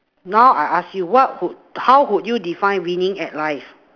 now I ask you what would how would you define winning at life